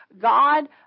God